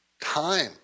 Time